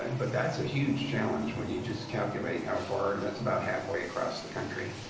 but that's a huge challenge when you just calculate how far that's about halfway across the country.